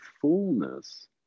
fullness